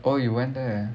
oh you went there